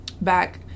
back